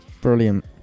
Brilliant